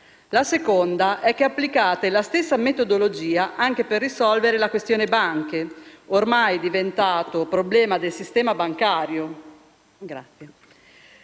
La seconda è che applicate la stessa metodologia anche per risolvere la questione banche, ormai diventato problema del sistema bancario.